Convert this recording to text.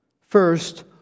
First